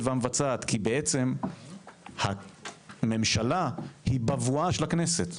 והמבצעת כי הממשלה היא בבואה של הכנסת.